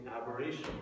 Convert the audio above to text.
aberration